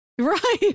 right